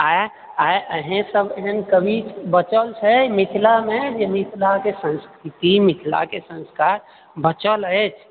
आइ अहिं सब एहेन कवि बचल छै मिथिलामे जे मिथिलाके संस्कृति मिथिलाके संस्कार बचल अछि